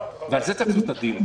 על זה צריך לקיים דיון.